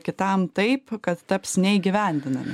kitam taip kad taps neįgyvendinami